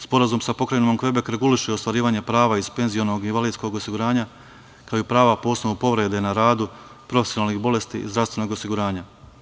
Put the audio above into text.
Sporazum sa pokrajinom Kvebek reguliše ostvarivanje prava iz penziono-invalidskog osiguranja, kao i prava po osnovu povrede na radu, profesionalnih bolesti i zdravstvenog osiguranja.